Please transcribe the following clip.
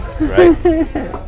Right